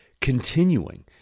continuing